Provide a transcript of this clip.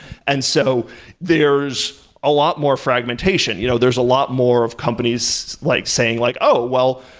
and so there's a lot more fragmentation. you know there's a lot more of companies like saying like, oh! well,